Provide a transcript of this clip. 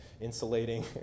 insulating